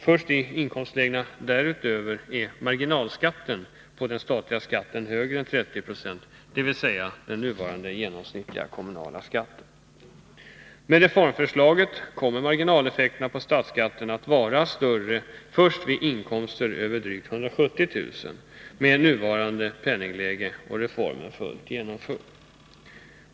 Först i inkomstlägen därutöver är marginalskatten i den statliga beskattningen högre än 30 96, dvs. motsvarande den nuvarande genomsnittliga kommunala skatten. Med reformförslaget kommer marginaleffekterna på statsskatten att vara större först vid inkomster över drygt 170 000 kr. i nuvarande penningläge och med reformen fullt genomförd.